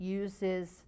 uses